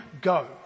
go